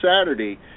Saturday